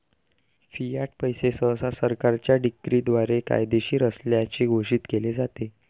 Fiat पैसे सहसा सरकारच्या डिक्रीद्वारे कायदेशीर असल्याचे घोषित केले जाते